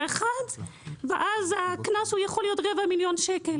אחד ואז הקנס יכול להיות רבע מיליון שקל.